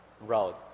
road